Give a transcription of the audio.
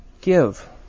give